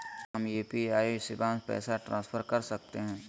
हम यू.पी.आई शिवांश पैसा ट्रांसफर कर सकते हैं?